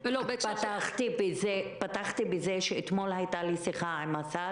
פתחתי בזה שאתמול הייתה לי שיחה עם השר